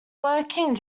working